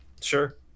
Sure